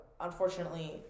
unfortunately